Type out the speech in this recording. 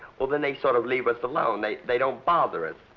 well, then they sort of leave us alone. they they don't bother us.